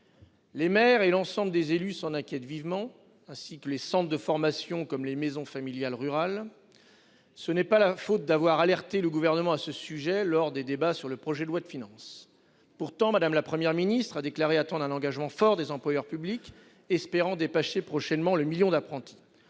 Les maires et l'ensemble des élus s'en inquiètent vivement, ainsi que les centres de formation et les maisons familiales rurales. Ce n'est pas faute d'avoir alerté le Gouvernement sur ce sujet lors des débats sur le projet de loi de finances. Pourtant, Mme la Première ministre a déclaré attendre un engagement fort des employeurs publics, espérant dépasser prochainement le million d'apprentis.